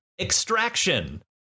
Extraction